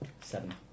Seven